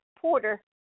porter